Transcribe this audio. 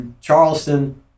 Charleston